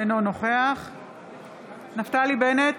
אינו נוכח נפתלי בנט,